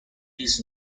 this